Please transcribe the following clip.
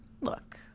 Look